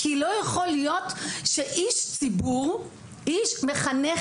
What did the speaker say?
כי לא יכול להיות שאיש ציבור, מחנכת